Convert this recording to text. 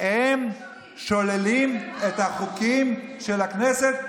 והם שוללים את החוקים של הכנסת.